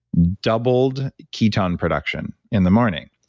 doubled ketone production in the morning.